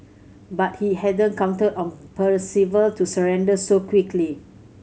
but he hadn't counted on Percival to surrender so quickly